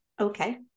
Okay